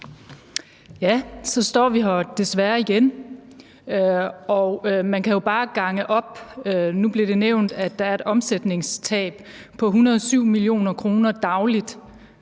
Ja, så står vi her desværre igen, og man kan jo bare gange op. Nu blev det nævnt, at der er et omsætningstab på 107 mio. kr. dagligt.